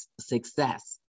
success